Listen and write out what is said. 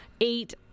eight